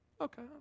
Okay